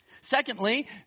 Secondly